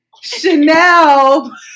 Chanel